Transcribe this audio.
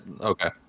Okay